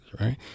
right